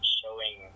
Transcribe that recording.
showing